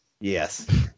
Yes